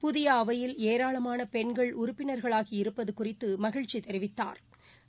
புதிய அவையில் ஏராளமான பெண்கள் உறுப்பினா்களாகி இருப்பது குறித்து மகிழ்ச்சி தெரிவித்தாா்